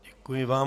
Děkuji vám.